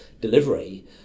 delivery